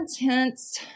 intense